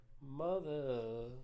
Mother